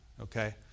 okay